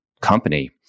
company